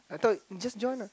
I thought just join lah